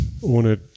Ohne